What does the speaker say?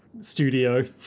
studio